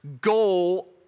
goal